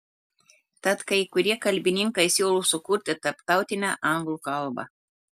tad kai kurie kalbininkai siūlo sukurti tarptautinę anglų kalbą